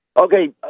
Okay